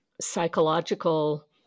psychological